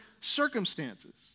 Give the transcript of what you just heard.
circumstances